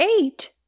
eight